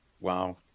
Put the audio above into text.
Wow